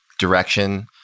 direction,